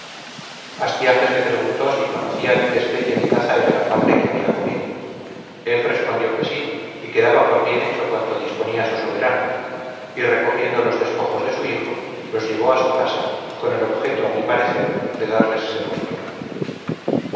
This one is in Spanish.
astiages le preguntó si conocía de qué especie de caza era la carne que había comido él respondió que sí y que daba por bien hecho cuanto disponía su soberano y recogiendo los despojos de su hijo los llevó a su casa con el objeto a mi parecer de darles sepultura